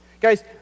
guys